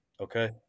Okay